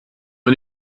wir